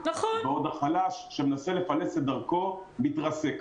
בעוד החלש שמנסה לפלס את דרכו מתרסק.